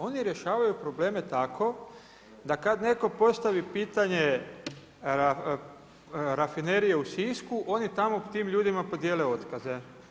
Oni rješavaju probleme tako da kada netko postavi pitanje Rafinerije u Sisku, oni tamo tim ljudima podijele otkaze.